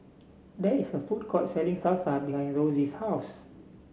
there is a food court selling Salsa behind Rosie's house